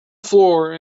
floor